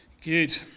Good